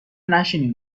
نشینین